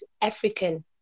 African